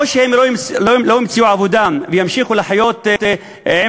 או שהם לא ימצאו עבודה וימשיכו לחיות על נדבות,